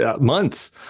months